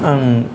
आं